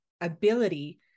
Ability